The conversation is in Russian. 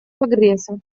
прогресса